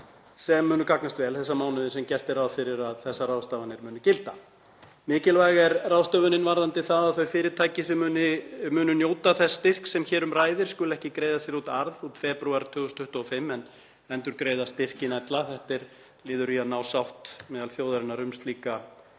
sem munu gagnast vel þessa mánuði sem gert er ráð fyrir að þessar ráðstafanir munu gilda. Mikilvæg er ráðstöfunin varðandi það að þau fyrirtæki sem munu njóta þess styrks sem hér um ræðir skuli ekki greiða sér út arð út febrúar 2025 en endurgreiða styrkinn ella. Þetta er liður í að ná sátt meðal þjóðarinnar um slíka